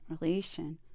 relation